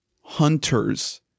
Hunter's